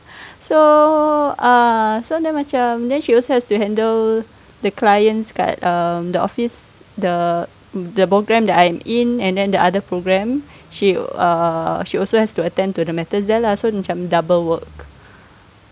so uh so then macam then she also has to handle the clients kan the office the the program that I am in and then the other program she err she also has to attend to the matters there lah so macam double work